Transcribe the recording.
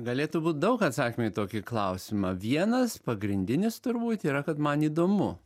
galėtų būt daug atsakymų į tokį klausimą vienas pagrindinis turbūt yra kad man įdomu